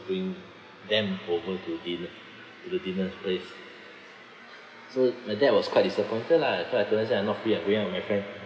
bring them over to dinne~ to the dinner place so my dad was quite disappointed lah I told him I couldn't stay I'm not free I'm going out with my friends